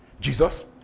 Jesus